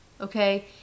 okay